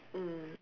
mm